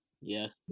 Yes